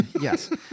yes